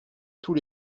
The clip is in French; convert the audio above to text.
tous